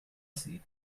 see